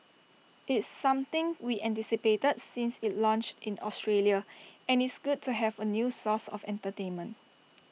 it's something we anticipated since IT launched in Australia and it's good to have A new source of entertainment